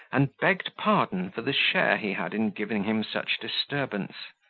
and begged pardon for the share he had in giving him such disturbance.